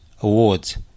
Awards